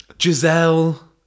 Giselle